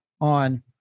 on